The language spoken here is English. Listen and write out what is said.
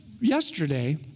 Yesterday